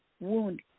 wound